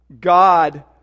God